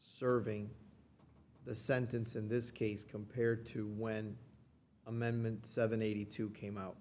serving the sentence in this case compared to when amendment seventy two came out